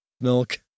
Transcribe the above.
milk